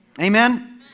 Amen